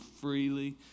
freely